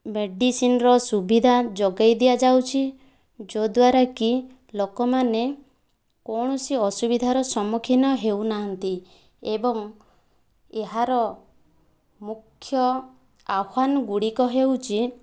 ମେଡ଼ିସିନର ସୁବିଧା ଯୋଗାଇ ଦିଆଯାଉଛି ଯଦ୍ୱାରାକି ଲୋକମାନେ କୌଣସି ଅସୁବିଧାର ସମ୍ମୁଖୀନ ହେଉନାହାନ୍ତି ଏବଂ ଏହାର ମୁଖ୍ୟ ଆହ୍ୱାନ ଗୁଡ଼ିକ ହେଉଛି